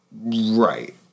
Right